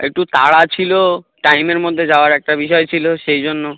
একটু তাড়া ছিলো টাইমের মধ্যে যাওয়ার একটা বিষয় ছিলো সেই জন্য